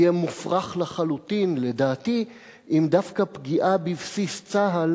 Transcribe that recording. יהיה מופרך לחלוטין לדעתי אם דווקא פגיעה בבסיס צה"ל